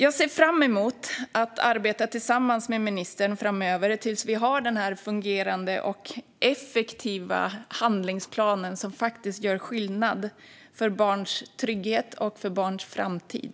Jag ser fram emot att arbeta tillsammans med ministern framöver tills vi har en fungerande och effektiv handlingsplan som faktiskt gör skillnad för barns trygghet och framtid.